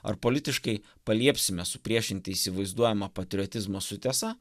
ar politiškai paliepsime supriešinti įsivaizduojamą patriotizmą su tiesa